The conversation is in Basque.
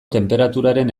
tenperaturaren